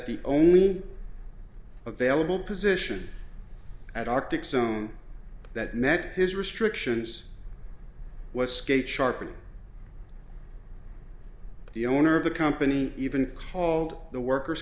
the only available position at arctic zone that met his restrictions was skate sharp and the owner of the company even called the worker